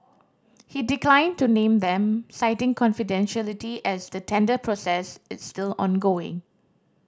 he declined to name them citing confidentiality as the tender process is still ongoing